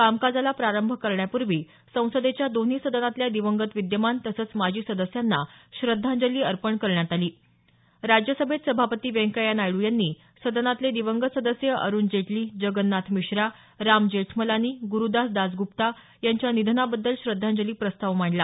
कामकाजाला प्रारंभ करण्यापूर्वी संसदेच्या दोन्ही सदनातल्या दिवंगत विद्यमान तसंच माजी सदस्यांना श्रद्धांजली अर्पण करण्यात आली राज्यसभेत सभापती व्यंकय्या नायडू यांनी सदनातले दिवंगत सदस्य अरुण जेटली जगन्नाथ मिश्रा राम जेठमलानी गुरुदास दासगुप्ता यांच्या निधनाबद्दल श्रद्धांजली प्रस्ताव मांडला